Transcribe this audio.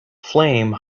flame